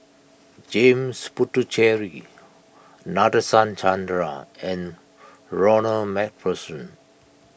James Puthucheary Nadasen Chandra and Ronald MacPherson